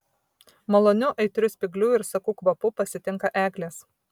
maloniu aitriu spyglių ir sakų kvapu pasitinka eglės